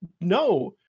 No